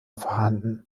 vorhanden